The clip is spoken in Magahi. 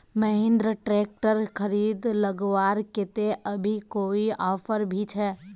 महिंद्रा ट्रैक्टर खरीद लगवार केते अभी कोई ऑफर भी छे?